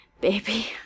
baby